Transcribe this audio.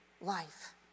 life